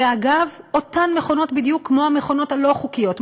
ואגב אותן מכונות בדיוק כמו המכונות הלא-חוקיות,